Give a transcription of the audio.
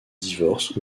divorce